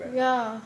ya